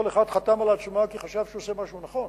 כל אחד חתם על העצומה כי הוא חשב שהוא עושה משהו נכון,